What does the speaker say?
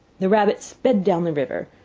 the rabbit sped down the river,